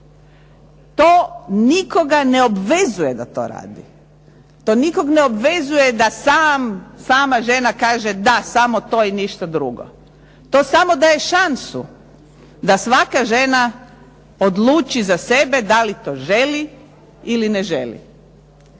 To nikoga ne obvezuje da to radi, to nikog ne obvezuje da sama žena kaže da samo to i ništa drugo. To samo daje šansu da svaka žena odluči za sebe da li to želi ili ne želi.